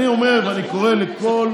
אני אומר, ואני קורא לכל